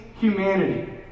humanity